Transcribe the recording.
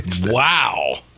Wow